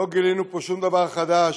לא גילינו פה שום דבר חדש.